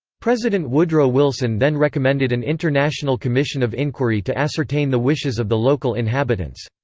president woodrow wilson then recommended an international commission of inquiry to ascertain the wishes of the local inhabitants.